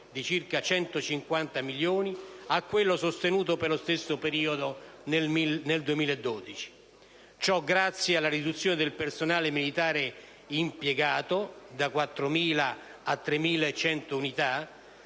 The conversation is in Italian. (di circa 150 milioni) a quello sostenuto per lo stesso periodo nel 2012, grazie alla riduzione del personale militare impiegato, dalle 4.000 unità